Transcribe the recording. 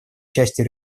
частью